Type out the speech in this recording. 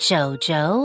JoJo